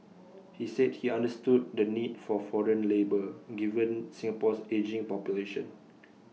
he said he understood the need for foreign labour given Singapore's ageing population